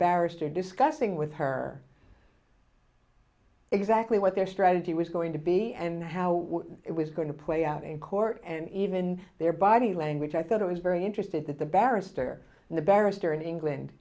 barrister discussing with her exactly what their strategy was going to be and how it was going to play out in court and even their body language i thought i was very interested that the barrister and the barrister in england